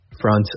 front